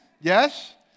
Yes